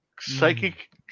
Psychic